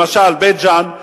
למשל, בית-ג'ן.